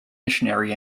missionary